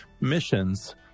missions